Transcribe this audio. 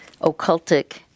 occultic